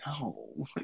no